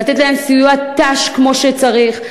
לתת להם סיוע ת"ש כמו שצריך,